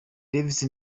devis